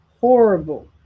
Horrible